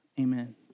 Amen